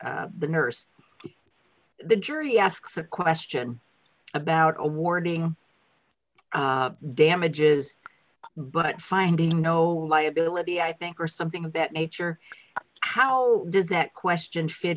involving the nurse the jury asks a question about awarding damages but finding no liability i think or something of that nature how does that question fit